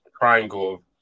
triangle